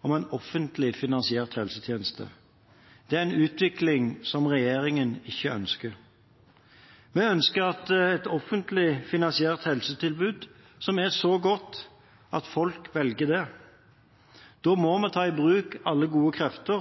om en offentlig finansiert helsetjeneste. Det er en utvikling som regjeringen ikke ønsker. Vi ønsker et offentlig finansiert helsetilbud som er så godt at folk velger det. Da må vi ta i bruk alle gode krefter,